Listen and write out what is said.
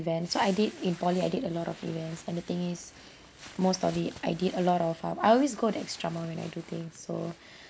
event so I did in poly I did a lot of events and the thing is most of it I did a lot of um I always go the extra mile when I do things so